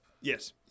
Yes